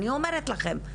אני אומרת לכם,